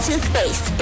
Toothpaste